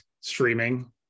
streaming